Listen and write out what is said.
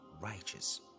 righteous